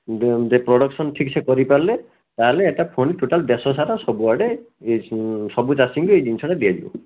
production ଠିକ୍ସେ କରିପାରିଲେ ତାହାଲେ ଏଇଟା ଫୁଣି ଟୋଟାଲ୍ ଦେଶସାରା ସବୁଆଡ଼େ ସବୁ ଚାଷୀଙ୍କୁ ଏହି ଜିନିଷଟି ଦିଆଯିବ